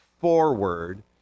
forward